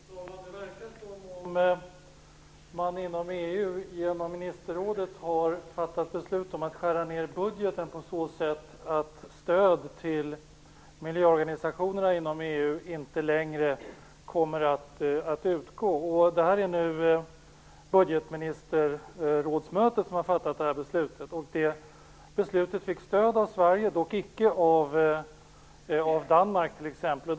Fru talman! Det verkar som om man inom EU genom ministerrådet har fattat beslut om att skära ned budgeten på så sätt att stöd till miljöorganisationerna inom EU inte längre kommer att utgå. Det är budgetministerrådsmötet som har fattat det här beslutet, som fick stöd av Sverige - dock icke av t.ex. Danmark.